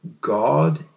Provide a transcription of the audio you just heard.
God